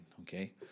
okay